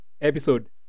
episode